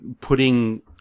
putting